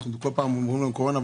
כל פעם אומרים קורונה,